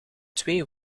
twee